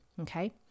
Okay